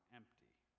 empty